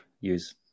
use